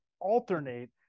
alternate